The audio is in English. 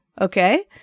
Okay